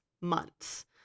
months